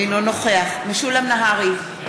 אינו נוכח משולם נהרי,